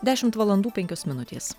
dešimt valandų penkios minutės